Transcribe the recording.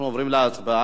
אנחנו עוברים להצבעה.